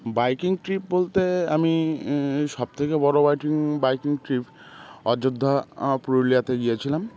biking trip বলতে আমি সব থেকে বড়ো বাইটিং বাইকিং ট্রিপ অযোধ্যা পুরুলিয়াতে গিয়েছিলাম